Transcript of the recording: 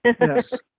Yes